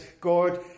God